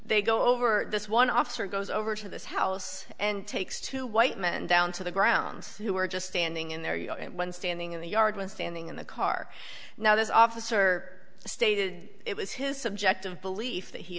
they go over this one officer goes over to this house and takes two white men down to the ground who are just standing in their yard and one standing in the yard when standing in the car now this officer stated it was his subjective belief that he